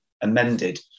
amended